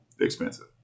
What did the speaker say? expensive